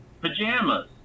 pajamas